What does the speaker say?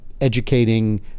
educating